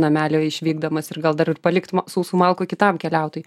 namelio išvykdamas ir gal dar ir palikt sausų malkų kitam keliautojui